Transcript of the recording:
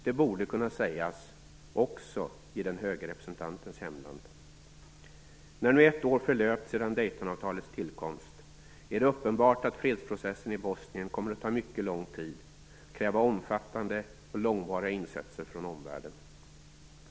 Det borde kunna sägas också i den höge representantens hemland. När nu ett år förlöpt sedan Daytonavtalets tillkomst är det uppenbart att fredsprocessen i Bosnien kommer att ta mycket lång tid och kräva omfattande och långvariga insatser från omvärlden.